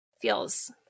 feels